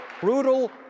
brutal